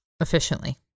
efficiently